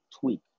tweak